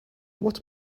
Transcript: what